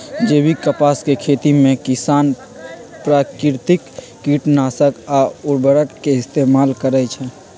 जैविक कपास के खेती में किसान प्राकिरतिक किटनाशक आ उरवरक के इस्तेमाल करई छई